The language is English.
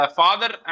father